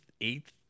eighth